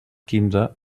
quinze